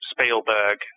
Spielberg